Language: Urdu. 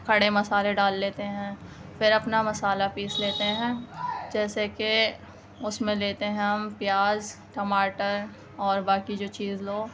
کھڑے مسالے ڈال لیتے ہیں پھر اپنا مسالہ پیس لیتے ہیں جیسے کہ اس میں لیتے ہیں ہم پیاز ٹماٹر اور باقی جو چیز لو